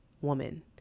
woman